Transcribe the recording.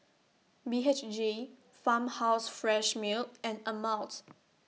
B H G Farmhouse Fresh Milk and Ameltz